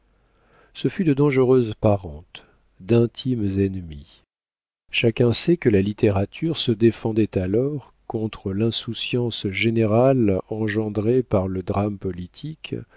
ce fut de dangereuses parentes d'intimes ennemies chacun sait que la littérature se défendait alors contre l'insouciance générale engendrée par le drame politique